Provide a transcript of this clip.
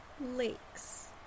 lakes